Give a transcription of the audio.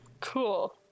Cool